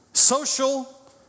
Social